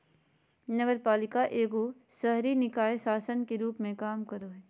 नगरपालिका एगो शहरी निकाय शासन के रूप मे काम करो हय